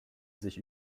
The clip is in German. sich